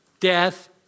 death